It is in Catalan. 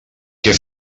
que